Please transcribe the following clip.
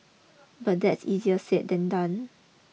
but that's easier said than done